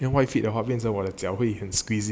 then wide feet 的话变成我的脚会 squeezy